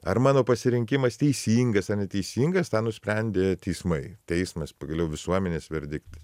ar mano pasirinkimas teisingas ar neteisingas tą nusprendė teismai teismas pagaliau visuomenės verdiktas